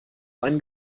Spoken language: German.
ein